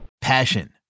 Passion